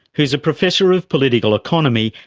who's a professor of political economy,